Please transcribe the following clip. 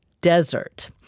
desert